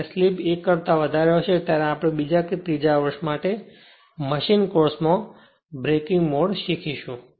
જ્યારે સ્લીપ 1 કરતાં વધારે હશે ત્યારે આપણે બીજા કે ત્રીજા વર્ષ માટે મશીન કોર્સમાં બ્રેકિંગ મોડ શીખીશું